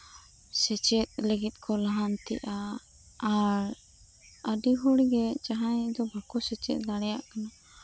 ᱥᱮᱪᱮᱫ ᱞᱟᱹᱜᱤᱫ ᱠᱚ ᱞᱟᱦᱟᱱᱛᱤᱜᱼᱟ ᱟᱹᱰᱤ ᱦᱚᱲ ᱜᱮ ᱡᱟᱸᱦᱟᱭ ᱫᱚ ᱵᱟᱹᱠᱚ ᱥᱮᱪᱮᱫ ᱫᱟᱲᱮᱭᱟᱜ ᱠᱟᱱᱟ